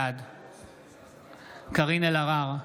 בעד קארין אלהרר,